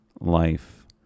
life